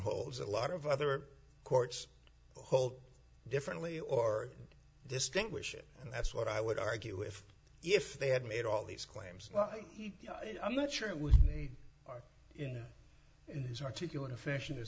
holds a lot of other courts hold differently or distinguish it and that's what i would argue with if they had made all these claims i'm not sure it was you know in his articulate fashion is this